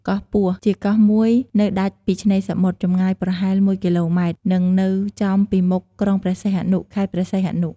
កោះពស់ ជាកោះមួយនៅដាច់ពីឆ្នេរសមុទ្រ ចម្ងាយប្រហែល ១គីឡូម៉ែត្រ និងនៅចំពីមុខក្រុងព្រះសីហនុ ខេត្តព្រះសីហនុ។